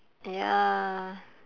ya